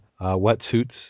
wetsuits